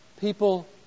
people